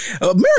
America